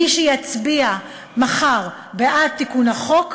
מי שיצביע מחר בעד תיקון החוק,